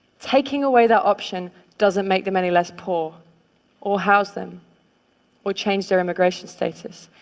taking away that option doesn't make them any less poor or house them or change their immigration status.